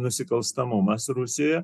nusikalstamumas rusijoje